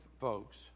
folks